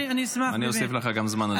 אני אוסיף לך גם זמן על זה.